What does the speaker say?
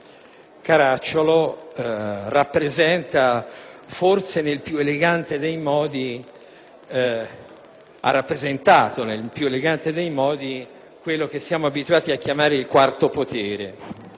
Caracciolo ha rappresentato, forse nel più elegante dei modi, quello che siamo abituati a chiamare il quarto potere.